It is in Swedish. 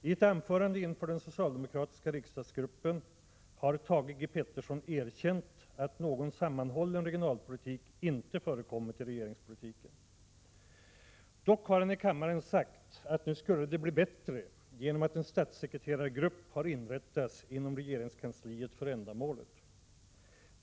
I ett anförande inför den socialdemokratiska riksdagsgruppen har Thage G. Peterson erkänt att någon sammanhållen regionalpolitik inte förekommit i regeringspolitiken. Dock har han i kammaren sagt att det nu skulle bli bättre, genom att en statssekreterargrupp har inrättats inom regeringskansliet för ändamålet.